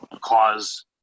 cause